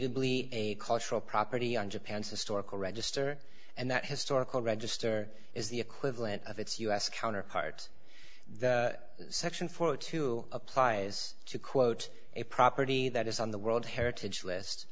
indisputably a cultural property on japan's historical register and that historical register is the equivalent of its u s counterpart the section for two applies to quote a property that is on the world heritage list